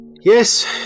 yes